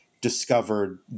discovered